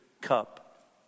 cup